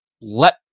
let